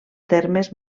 termes